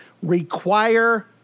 Require